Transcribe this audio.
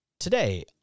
Today